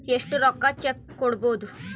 ಎಷ್ಟು ರೊಕ್ಕಕ ಚೆಕ್ಕು ಕೊಡುಬೊದು